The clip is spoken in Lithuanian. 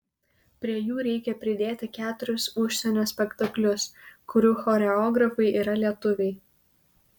prie jų reikia pridėti keturis užsienio spektaklius kurių choreografai yra lietuviai